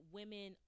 women